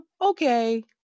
okay